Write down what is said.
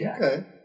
Okay